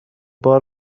بار